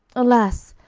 alas!